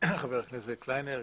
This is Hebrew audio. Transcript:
חבר הכנסת קליינר.